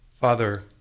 Father